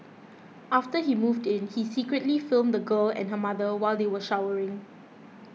after he moved in he secretly filmed the girl and her mother while they were showering